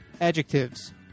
Adjectives